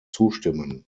zustimmen